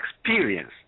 experience